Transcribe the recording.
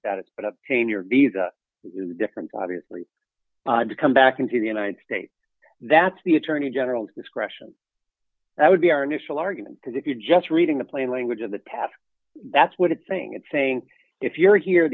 status but obtain your visa different obviously to come back into the united states that's the attorney general discretion that would be our initial argument because if you're just reading the plain language of the past that's what it's saying and saying if you're here